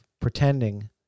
pretending